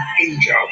angel